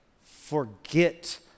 forget